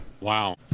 Wow